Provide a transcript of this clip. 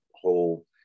whole